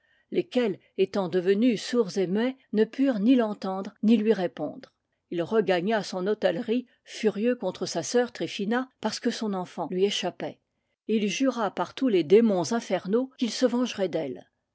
lesquels étant devenus sourds et muets ne purent ni l'en tendre ni lui répondre il regagna son hôtellerie furieux contre sa sœur try phina parce que son enfant lui échappait et il jura par tous les démons infernaux qu'il se vengerait